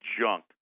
junk